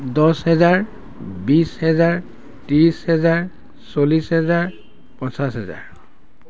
দছ হেজাৰ বিছ হেজাৰ ত্ৰিছ হেজাৰ চল্লিছ হেজাৰ পঞ্চাছ হেজাৰ